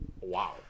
Wow